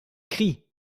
cris